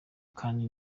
kandi